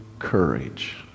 courage